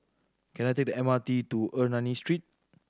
can I take the M R T to Ernani Street